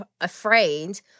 afraid